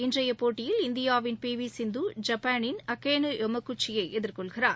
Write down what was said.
இன்றைய போட்டியில் இந்தியாவின் பிறவியசிந்துக் எதிர்கொள்கிறார்